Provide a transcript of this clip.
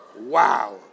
wow